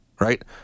Right